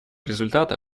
результата